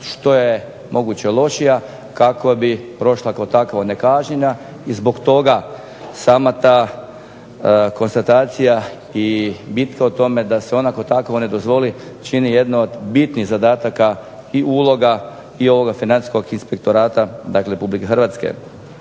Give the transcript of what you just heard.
što je moguće lošija kako bi prošla kao takva nekažnjena. I zbog toga sama ta konstatacija i bitka o tome da se ona kao takva ne dozvoli čini jedno od bitnih zadataka i uloga i ovoga Financijskog inspektorata, dakle RH.